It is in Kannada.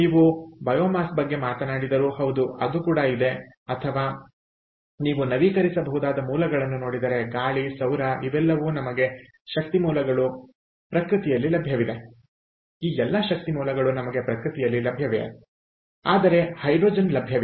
ನೀವು ಜೀವರಾಶಿ ಬಗ್ಗೆ ಮಾತನಾಡಿದರೂ ಹೌದು ಅದು ಕೂಡ ಇದೆ ಅಥವಾ ನೀವು ನವೀಕರಿಸಬಹುದಾದ ಮೂಲಗಳನ್ನು ನೋಡಿದರೆ ಗಾಳಿ ಸೌರ ಇವೆಲ್ಲವೂ ನಮಗೆ ಶಕ್ತಿ ಮೂಲಗಳು ಪ್ರಕೃತಿಯಲ್ಲಿ ಲಭ್ಯವಿದೆ ಆದರೆ ಹೈಡ್ರೋಜನ್ ಲಭ್ಯವಿಲ್ಲ